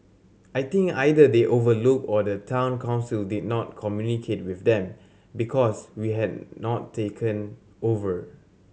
I think either they overlooked or the Town Council did not communicate with them because we had not taken over